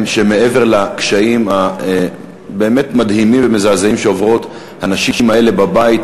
מעבר לקשיים המדהימים והמזעזעים שעוברות הנשים האלה בבית,